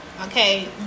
Okay